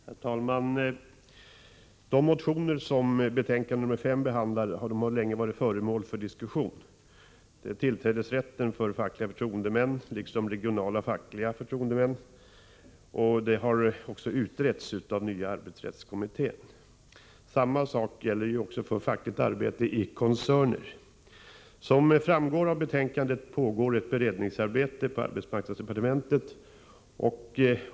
Herr talman! De motioner som betänkande nr 5 behandlar har länge varit föremål för diskussion. Frågan om tillträdesrätten för regionala förtroendemän har också utretts av nya arbetsrättskommittén. Detsamma gäller frågan om fackligt arbete i koncerner. Som framgår av betänkandet pågår ett beredningsarbete på arbetsmarknadsdepartementet.